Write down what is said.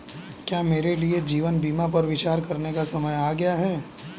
क्या मेरे लिए जीवन बीमा पर विचार करने का समय आ गया है?